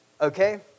Okay